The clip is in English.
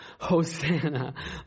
Hosanna